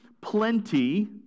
plenty